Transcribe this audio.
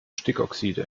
stickoxide